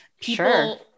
people